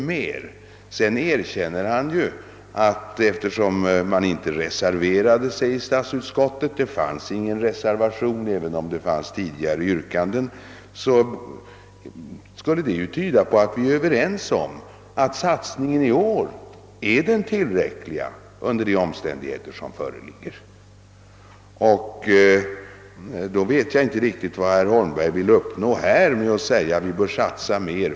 Därefter erkänner han att eftersom ingen reservation i syfte att följa upp tidigare yrkanden gjordes i statsutskottet skulle detta tyda på att vi är överens om att årets satsning är tillräcklig under föreliggande omständigheter. Då vet jag inte riktigt vad herr Holmberg vill uppnå med att säga att vi bör satsa mer.